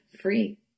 free